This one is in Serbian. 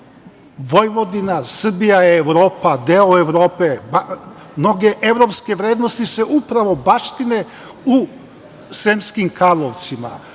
Vojvodina, Srbija je Evropa, deo Evrope. Mnoge evropske vrednosti se upravo baštine u Sremskim Karlovcima.